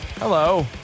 Hello